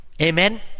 Amen